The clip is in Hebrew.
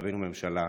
שחווינו ממשלה,